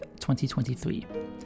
2023